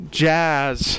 jazz